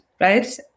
right